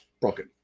Broken